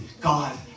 God